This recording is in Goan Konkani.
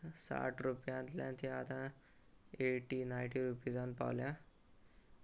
साठ रुपयांतल्यान ते आतां एटी नायंटी रुपीजान पावल्या